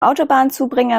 autobahnzubringer